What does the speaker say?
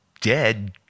dead